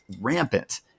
rampant